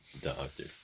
doctor